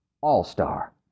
All-Star